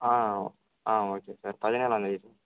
ஆ ஆ okay sir பதினேழாந் தேதி